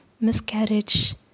Miscarriage